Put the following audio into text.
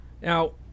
now